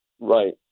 Right